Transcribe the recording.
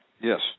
Yes